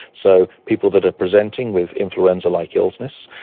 so people that are presenting with influenza-like illness,